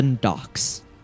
docks